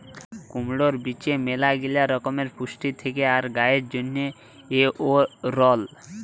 কুমড়র বীজে ম্যালাগিলা রকমের পুষ্টি থেক্যে আর গায়ের জন্হে এঔরল